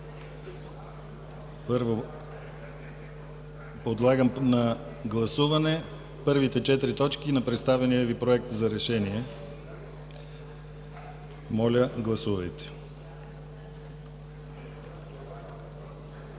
Подлагам на гласуване първите четири точки на представения Ви проект за решение. Моля, гласувайте.